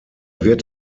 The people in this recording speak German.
wird